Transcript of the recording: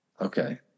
Okay